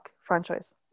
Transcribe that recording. franchise